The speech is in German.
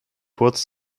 kurz